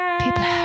People